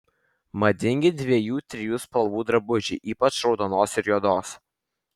madingi dviejų trijų spalvų drabužiai ypač raudonos ir juodos